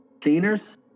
cleaners